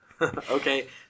Okay